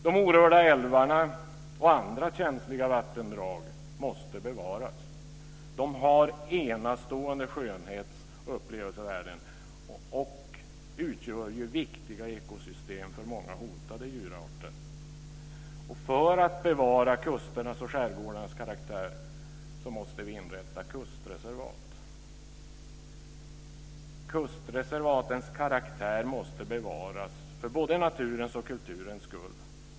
De orörda älvarna och andra känsliga vattendrag måste bevaras. De har enastående skönhets och upplevelsevärden och utgör viktiga ekosystem för många hotade djurarter. Och för att bevara kusternas och skärgårdarnas karaktär måste vi inrätta kustreservat. Kustreservatens karaktär måste bevaras för både naturens och kulturens skull.